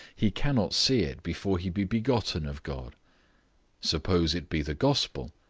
he cannot see it before he be begotten of god suppose it be the gospel,